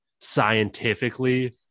scientifically